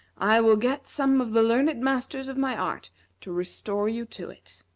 i will get some of the learned masters of my art to restore you to it.